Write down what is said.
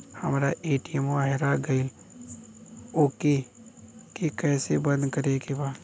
हमरा ए.टी.एम वा हेरा गइल ओ के के कैसे बंद करे के बा?